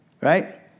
right